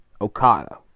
Okada